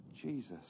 Jesus